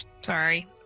Sorry